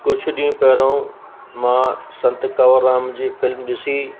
कुझु ॾींहं पहिरों मां संत कवंर राम जी फ़िल्म ॾिसी